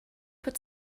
but